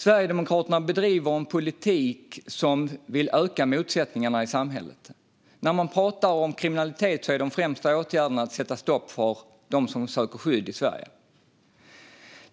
Sverigedemokraterna bedriver en politik som vill öka motsättningarna i samhället. När man talar om kriminalitet är Sverigedemokraternas främsta åtgärd att sätta stopp för dem som söker skydd i Sverige.